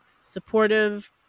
supportive